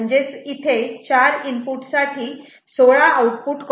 म्हणजेच इथे 4 इनपुट साठी 16 आऊटपुट कॉम्बिनेशन शक्य होतील